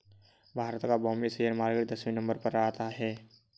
भारत का Bombay share market दसवें number पर आता है